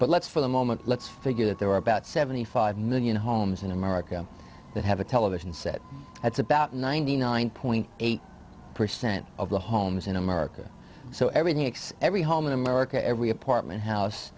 but let's for the moment let's figure that there are about seventy five million homes in america that have a television set that's about ninety nine eight percent of the homes in america so everything except every home in america every apartment house